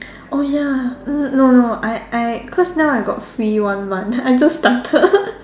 oh ya n~ no no I I cause now I got free one month I just started